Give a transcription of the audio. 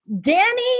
Danny